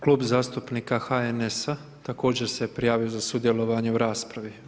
Klub zastupnika HNS, također se prijavio za sudjelovanje u raspravi.